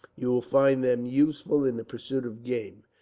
you will find them useful in the pursuit of game.